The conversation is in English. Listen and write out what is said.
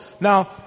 Now